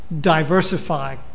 diversify